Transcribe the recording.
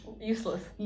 Useless